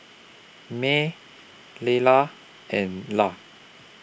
Mell Leyla and Lla